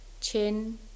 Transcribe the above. chin